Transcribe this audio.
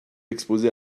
exposé